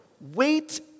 Wait